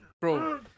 Bro